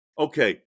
okay